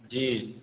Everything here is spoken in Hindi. जी